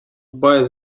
buy